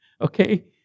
Okay